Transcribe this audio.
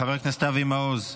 חבר הכנסת אבי מעוז,